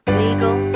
legal